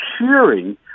cheering